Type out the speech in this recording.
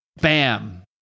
Bam